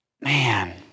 Man